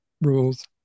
rules